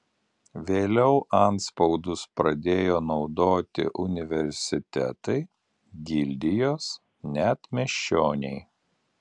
vėliau antspaudus pradėjo naudoti universitetai gildijos net miesčioniai